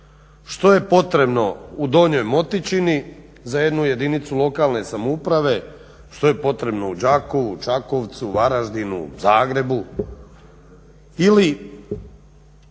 što je potrebno u Donjoj Motičini za jednu jedinicu lokalne samouprave, što je potrebno u Đakovu, u Čakovcu, Varaždinu, Zagrebu ili